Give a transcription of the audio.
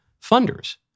funders